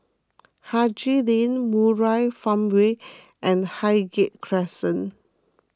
Haji Lane Murai Farmway and Highgate Crescent